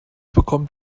bekommt